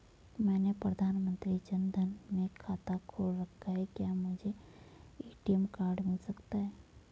मैंने प्रधानमंत्री जन धन में खाता खोल रखा है क्या मुझे ए.टी.एम कार्ड मिल सकता है?